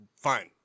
Fine